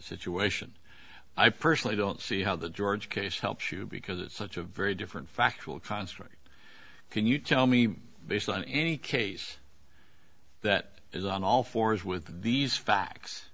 situation i personally don't see how the georgia case helps you because it's such a very different factual construct can you tell me based on any case that is on all fours with these facts